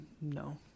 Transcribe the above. No